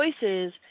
choices